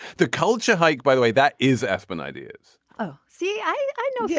the culture hike by the way that is aspen ideas oh see i know. yeah